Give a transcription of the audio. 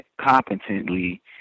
competently